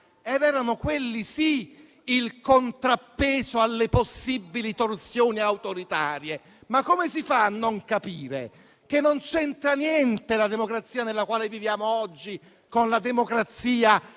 ed erano, quelli, sì, il contrappeso alle possibili torsioni autoritarie. Ma come si fa a non capire che non c'entra niente la democrazia nella quale viviamo oggi con la democrazia